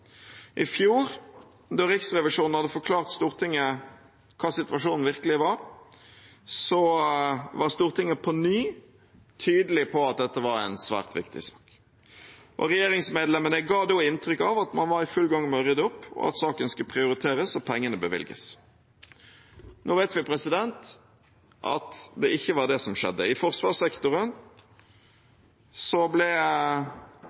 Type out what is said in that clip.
I fjor, da Riksrevisjonen hadde forklart Stortinget hva situasjonen virkelig var, var Stortinget på ny tydelig på at dette var en svært viktig sak. Regjeringsmedlemmene ga da inntrykk av at man var i full gang med å rydde opp, at saken skulle prioriteres og pengene bevilges. Nå vet vi at det ikke var det som skjedde. I forsvarssektoren ble